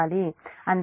అందుకే ఇది 3